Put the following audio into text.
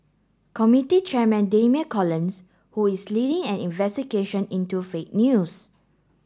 committee chairman Damian Collins who is leading an investigation into fake news